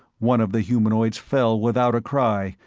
one of the humanoids fell without a cry,